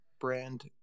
brand